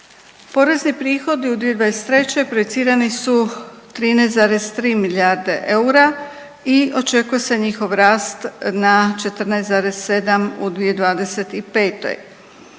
Porezni prihodi u 2023. projicirani su 13,3 milijarde eura i očekuje se njihov rast na 14,7 u 2025.